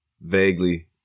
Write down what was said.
vaguely